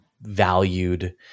valued